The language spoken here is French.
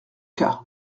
cas